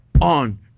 on